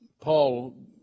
Paul